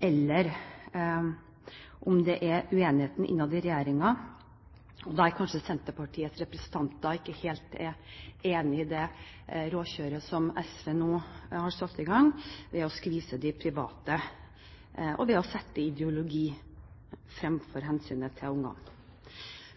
eller om det er uenighet innad i regjeringen, der kanskje Senterpartiets representanter ikke helt er enig i det råkjøret som SV nå har satt i gang ved å skvise de private og sette ideologi fremfor hensynet til barna.